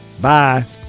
Bye